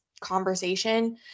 conversation